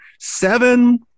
seven